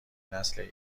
نسل